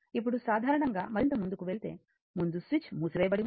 ఇప్పుడు సాధారణంగా మరింత ముందుకు వెళ్ళే ముందు స్విచ్ మూసివేయబడి ఉంది